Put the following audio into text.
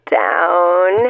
down